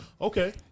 Okay